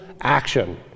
action